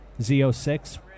Z06